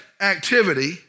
activity